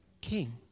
king